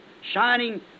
shining